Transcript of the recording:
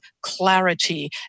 clarity